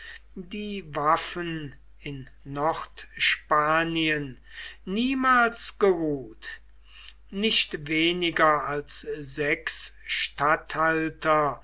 die waffen in nordspanien niemals geruht nicht weniger als sechs